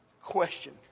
question